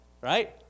right